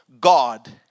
God